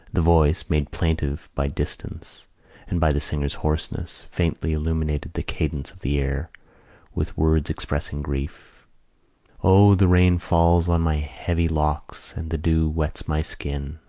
the voice, made plaintive by distance and by the singer's hoarseness, faintly illuminated the cadence of the air with words expressing grief o, the rain falls on my heavy locks and the dew wets my skin,